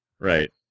Right